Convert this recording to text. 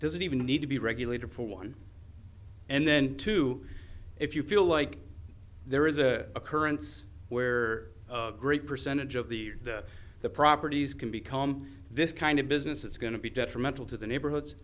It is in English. not doesn't even need to be regulated for one and then two if you feel like there is a occurrence where great percentage of the year that the properties can become this kind of business it's going to be detrimental to the neighborhoods